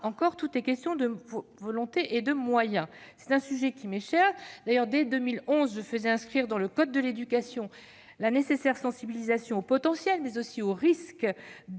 encore, tout est question de volonté et de moyens. C'est un sujet qui m'est cher puisque dès 2011 je faisais inscrire dans le code de l'éducation la nécessaire sensibilisation aux potentiels d'internet, mais aussi à ses risques